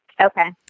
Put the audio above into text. Okay